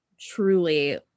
truly